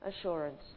assurance